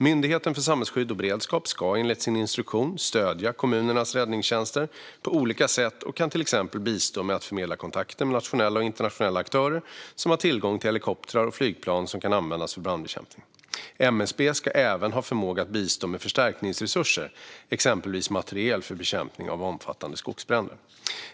Myndigheten för samhällsskydd och beredskap ska enligt sin instruktion stödja kommunernas räddningstjänster på olika sätt och kan till exempel bistå med att förmedla kontakter med nationella och internationella aktörer som har tillgång till helikoptrar och flygplan som kan användas för brandbekämpning. MSB ska även ha förmåga att bistå med förstärkningsresurser, exempelvis materiel för bekämpning av omfattande skogsbränder.